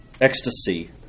ecstasy